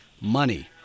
money